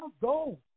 go